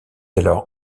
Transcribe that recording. alors